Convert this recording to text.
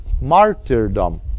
martyrdom